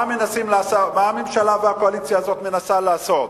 מה הממשלה והקואליציה הזאת מנסות לעשות?